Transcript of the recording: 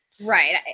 right